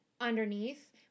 underneath